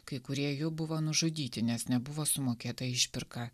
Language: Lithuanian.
kai kurie jų buvo nužudyti nes nebuvo sumokėta išpirka